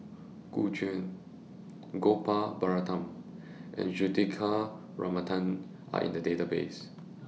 Gu Juan Gopal Baratham and Juthika Ramanathan Are in The databases